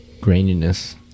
graininess